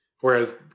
Whereas